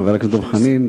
חבר הכנסת דב חנין.